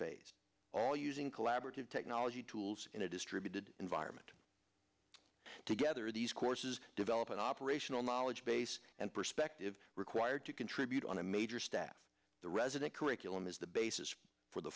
phase all using collaborative technology tools in a distributed environment together these courses develop an operational mode base and perspective required to contribute on a major staff the resident curriculum is the basis for the